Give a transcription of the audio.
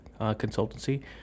Consultancy